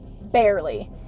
Barely